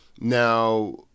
Now